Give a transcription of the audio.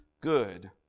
good